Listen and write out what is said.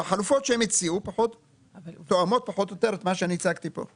והחלופות שהם הציעו תואמות פחות או יותר את מה שאני הצגתי פה.